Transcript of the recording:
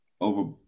over